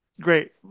great